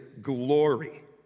glory